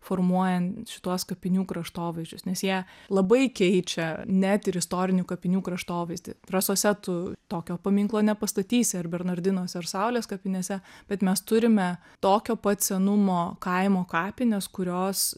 formuojan šituos kapinių kraštovaizdžius nes jie labai keičia net ir istorinių kapinių kraštovaizdį rasose tu tokio paminklo nepastatysi ar bernardinuose ar saulės kapinėse bet mes turime tokio pat senumo kaimo kapines kurios